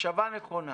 מחשבה נכונה.